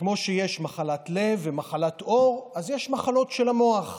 וכמו שיש מחלת לב ומחלת עור, אז יש מחלות של המוח.